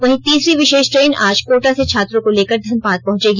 वहीं तीसरी विषेष ट्रेन आज कोटा से छात्रों को लेकर धनबाद पहुंचेगी